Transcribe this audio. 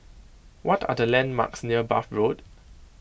what are the landmarks near Bath Road